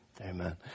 Amen